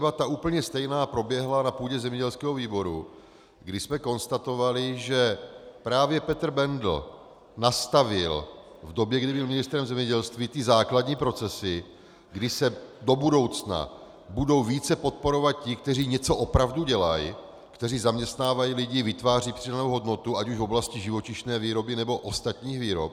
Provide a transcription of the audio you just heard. Ta debata, úplně stejná, proběhla na půdě zemědělského výboru, kdy jsme konstatovali, že právě Petr Bendl nastavil v době, kdy byl ministrem zemědělství, ty základní procesy, kdy se do budoucna budou více podporovat ti, kteří něco opravdu dělají, kteří zaměstnávají lidi, vytvářejí přidanou hodnotu ať už v oblasti živočišné výroby, nebo ostatních výrob.